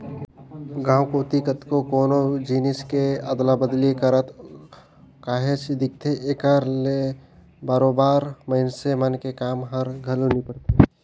गाँव कोती कतको कोनो जिनिस के अदला बदली करत काहेच दिखथे, एकर ले बरोबेर मइनसे मन के काम हर घलो निपटथे